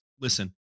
listen